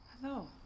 Hello